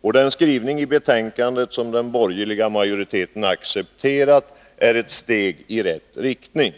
och den skrivning i betänkandet som den borgerliga majoriteten accepterat är ett steg i rätt riktning.